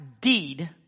deed